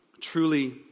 Truly